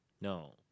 No